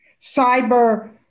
cyber